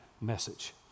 message